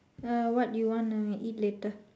uh what you want to eat later